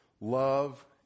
Love